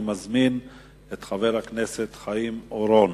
אני מזמין את חבר הכנסת חיים אורון.